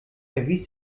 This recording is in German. erwies